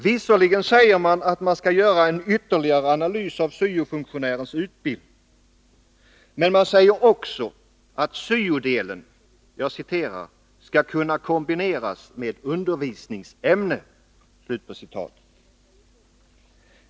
Visserligen sägs det också att man skall göra en ytterligare analys av syo-funktionärens utbildning, men samtidigt hävdas det att syo-delen ”skall kunna kombineras med undervisningsämnen”.